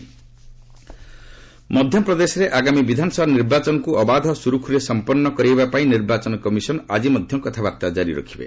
EC Madhya Pradesh ମଧ୍ୟପ୍ରଦେଶରେ ଆଗାମୀ ବିଧାନସଭା ନିର୍ବାଚନକୁ ଅବାଧ ଓ ସୁରୁଖୁରୁରେ ସମ୍ପନ୍ନ କରିବା ପାଇଁ ନିର୍ବାଚନ କମିଶନ୍ ଆଜି ମଧ୍ୟ କଥାବାର୍ତ୍ତା ଜାରି ରଖିବେ